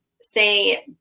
say